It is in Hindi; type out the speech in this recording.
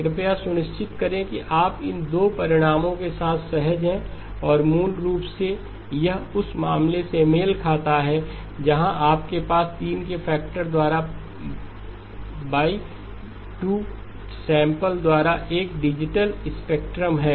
कृपया सुनिश्चित करें कि आप इन दो परिणामों के साथ सहज हैं और मूल रूप से यह उस मामले से मेल खाता है जहां आपके पास 3 के फैक्टर द्वारा पाई बाई 2 डाउनसैंपल द्वारा एक डिजिटल स्पेक्ट्रम है